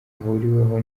ahuriweho